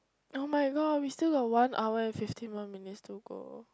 [oh]-my-god we still got one hour and fifty more minutes to go